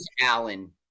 alan